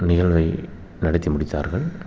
நிகழ்வை நடத்தி முடித்தார்கள்